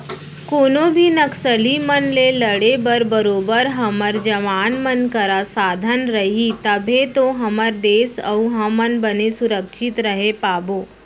कोनो भी नक्सली मन ले लड़े बर बरोबर हमर जवान मन करा साधन रही तभे तो हमर देस अउ हमन बने सुरक्छित रहें पाबो